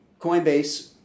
Coinbase